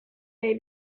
may